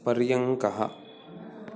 पर्यङ्कः